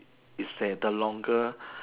is that the longer